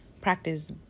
practice